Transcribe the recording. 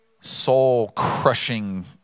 Soul-crushing